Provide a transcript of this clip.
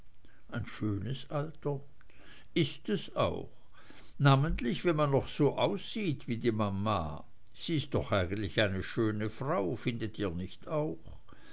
ein schönes alter ist es auch namentlich wenn man noch so aussieht wie die mama sie ist doch eigentlich eine schöne frau findet ihr nicht auch